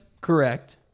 correct